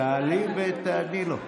תעלי ותעני לו.